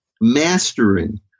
mastering